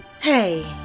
Hey